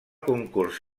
concurs